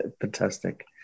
fantastic